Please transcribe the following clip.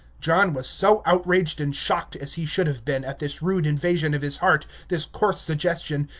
john was so outraged and shocked, as he should have been, at this rude invasion of his heart, this coarse suggestion,